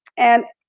and